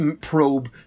probe